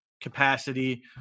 capacity